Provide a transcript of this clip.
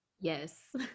Yes